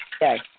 Yes